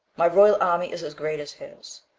my royal army is as great as his,